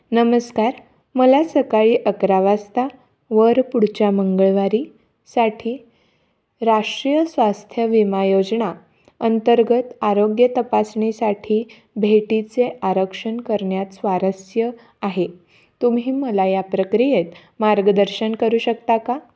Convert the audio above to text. नमस्कार मला सकाळी अकरा वाजता वर पुढच्या मंगळवारी साठी राष्ट्रीय स्वास्थ्य विमा योजना अंतर्गत आरोग्य तपासणीसाठी भेटीचे आरक्षण करण्यात स्वारस्य आहे तुम्ही मला या प्रक्रियेत मार्गदर्शन करू शकता का